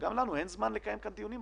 גם לנו אין זמן לקיים כאן דיונים,